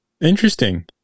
Interesting